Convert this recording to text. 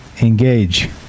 engage